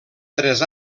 tres